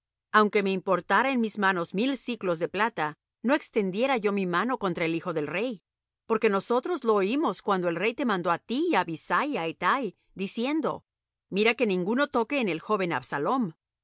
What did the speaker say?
aunque me importara en mis manos mil siclos de plata no extendiera yo mi mano contra el hijo del rey porque nosotros lo oímos cuando el rey te mandó á ti y á abisai y á ittai diciendo mirad que ninguno toque en el joven absalom